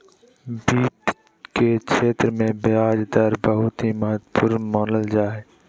वित्त के क्षेत्र मे ब्याज दर बहुत ही महत्वपूर्ण मानल जा हय